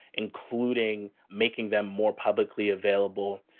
including making them more publicly available.